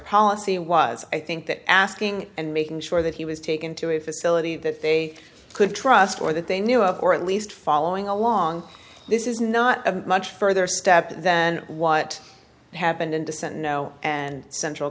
policy was i think that asking and making sure that he was taken to a facility that they could trust or that they knew of or at least following along this is not a much further step than what happened in dissent know and central